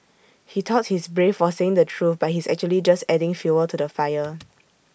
he thought he is brave for saying the truth but he is actually just adding fuel to the fire